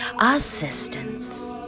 assistance